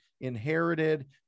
inherited